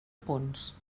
punts